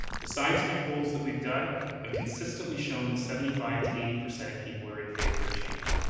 the scientific polls that we've done have consistently shown that seventy five to eighty percent of people are in favour of change.